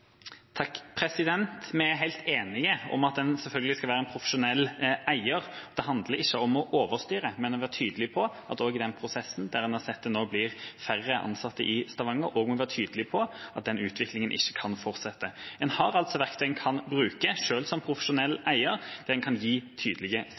Vi er helt enige om at man selvfølgelig skal være en profesjonell eier. Det handler ikke om å overstyre, men om å være tydelig på – i den prosessen der en har sett at det nå blir færre ansatte i Stavanger – at utviklingen ikke kan fortsette. En har verktøy en kan bruke, selv som